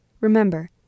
Remember